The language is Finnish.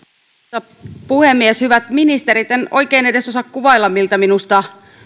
arvoisa puhemies hyvät ministerit en oikein edes osaa kuvailla miltä minusta